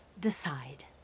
decide